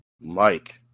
Mike